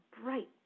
bright